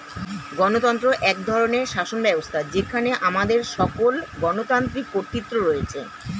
গণতন্ত্র এক ধরনের শাসনব্যবস্থা যেখানে আমাদের সকল গণতান্ত্রিক কর্তৃত্ব রয়েছে